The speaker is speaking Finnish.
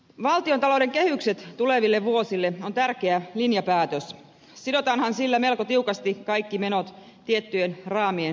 valtiontalouden kehykset tuleville vuosille on tärkeä linjapäätös sidotaanhan sillä melko tiukasti kaikki menot tiettyjen raamien sisään